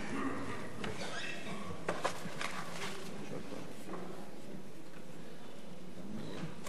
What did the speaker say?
מכובדי כבוד נשיא המדינה שמעון